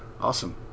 Awesome